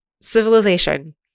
Civilization